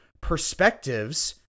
perspectives